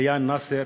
ליאן נאסר,